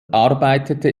arbeitete